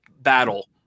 battle